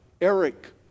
Eric